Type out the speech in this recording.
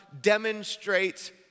demonstrates